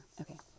Okay